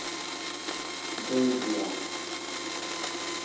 ᱫᱟᱹᱲ ᱜᱮᱭᱟ